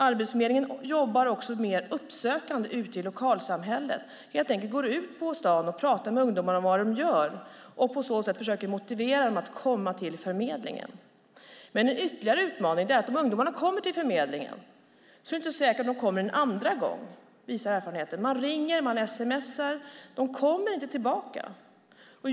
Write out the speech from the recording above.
Arbetsförmedlingen arbetar också mer uppsökande ute i lokalsamhället, går helt enkelt ut på stan och pratar med ungdomar om vad de gör och på så sätt försöker motivera dem att komma till förmedlingen. Ytterligare en utmaning är att om ungdomarna kommer till förmedlingen är det inte säkert att de kommer tillbaka en andra gång. Det visar erfarenheten. Man ringer och sms:ar dem, men de kommer inte tillbaka.